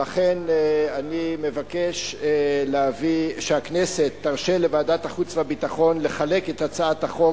לכן אני מבקש שהכנסת תרשה לוועדת החוץ והביטחון לחלק את הצעת החוק